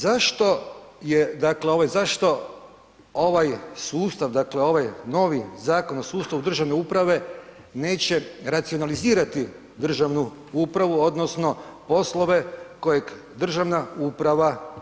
Zašto je dakle ovaj zašto ovaj sustav dakle ovaj novi Zakon o sustavu državne uprave neće racionalizirati državnu upravu odnosno poslove kojeg državna uprava ima?